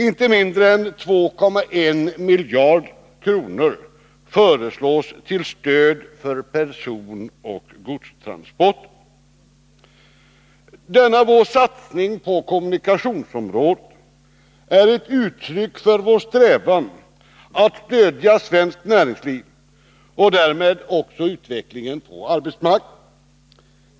Inte mindre än 2,1 miljarder kronor föreslås till stöd för personoch godstransporter. Denna vår satsning på kommunikationsområdet är ett uttryck för vår strävan att stödja svenskt näringsliv och därmed också utvecklingen på arbetsmarknaden.